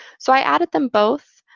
so i added them both.